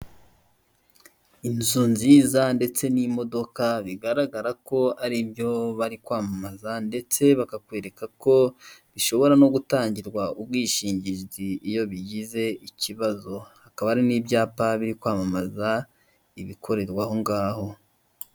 Inzu nziza ndetse n'imodoka, bigaragara ko ari byo bari kwamamaza, ndetse bakakwereka ko bishobora no gutangirwa ubwishingizi iyo bigize ikibazo. Hakaba hari n'ibyapa biri kwamamaza ibikorerwa ahongaho.